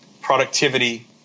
productivity